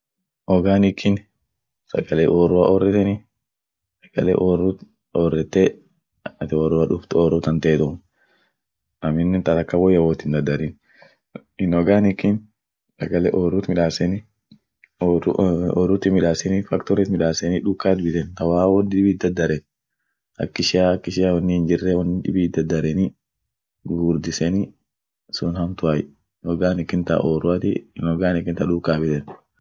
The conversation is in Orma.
Oganikin sagale orrua orreteni, sagale orrut orrete, atin orua duuft orru tanteetum aminen ta taka woyuan wotin dadarin in oganikin sagale orrut midaseni orru-orrutin midasini faktorit midaseni dukaat biten ta ba won dibi it dadaren ak ishia ak ishia woni hinjirre wonni dibi idadareni gugurdiseni sun hamtuay, oganikin ta oruati in oganikin ta dukaa biten.